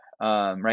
Right